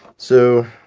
so,